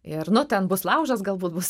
ir nu ten bus laužas galbūt bus